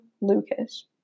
Lucas